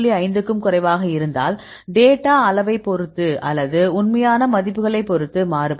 5 க்கும் குறைவாக இருந்தால் டேட்டா அளவைப் பொறுத்து அல்லது உண்மையான மதிப்புகளைப் பொறுத்து மாறுபடும்